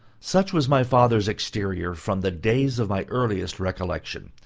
such was my father's exterior from the days of my earliest recollection.